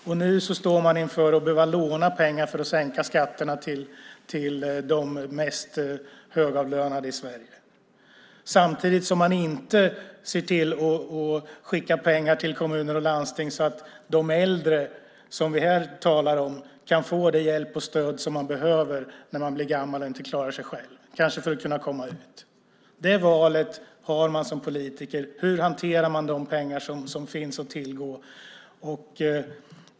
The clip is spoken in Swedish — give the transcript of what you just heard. Och nu står man inför att behöva låna pengar för att sänka skatterna till de mest högavlönade i Sverige, samtidigt som man inte ser till att skicka pengar till kommuner och landsting så att de äldre som vi här talar om kan få den hjälp och det stöd som man behöver när man blir gammal och inte klarar sig själv, kanske för att kunna komma ut. Det valet har man som politiker: Hur hanterar man de pengar som finns att tillgå?